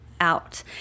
out